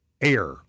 air